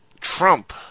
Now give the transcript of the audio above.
Trump